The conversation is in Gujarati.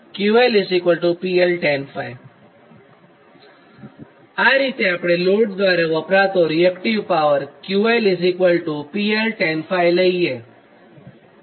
QL PL Tan𝜑 આ રીતે આપણે લોડ દ્વારા વપરાતો reactive power QL PL Tan𝜑 લખીએ છીએ